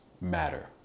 Matter